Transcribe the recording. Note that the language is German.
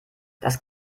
das